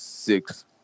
six